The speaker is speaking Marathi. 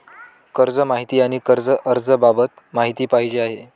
कर्ज माहिती आणि कर्ज अर्ज बाबत माहिती पाहिजे आहे